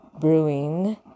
brewing